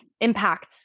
Impact